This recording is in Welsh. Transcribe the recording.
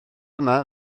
yma